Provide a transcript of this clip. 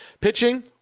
pitching